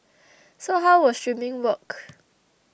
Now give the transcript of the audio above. so how will streaming work